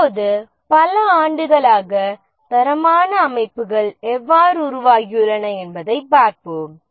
இப்போது பல ஆண்டுகளாக தரமான அமைப்புகள் எவ்வாறு உருவாகியுள்ளன என்பதைப் பார்ப்போம்